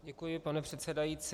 Děkuji, pane předsedající.